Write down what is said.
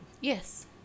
Yes